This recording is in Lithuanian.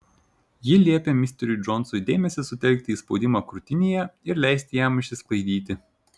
ji liepė misteriui džonsui dėmesį sutelkti į spaudimą krūtinėje ir leisti jam išsisklaidyti